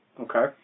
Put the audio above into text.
Okay